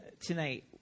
tonight